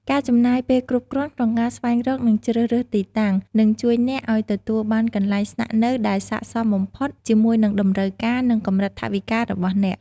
ការចំណាយពេលគ្រប់គ្រាន់ក្នុងការស្វែងរកនិងជ្រើសរើសទីតាំង នឹងជួយអ្នកឱ្យទទួលបានកន្លែងស្នាក់នៅដែលស័ក្តិសមបំផុតជាមួយនឹងតម្រូវការនិងកម្រិតថវិការបស់អ្នក។